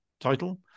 title